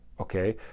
Okay